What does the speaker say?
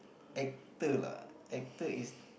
actor lah actor is